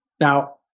Now